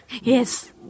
Yes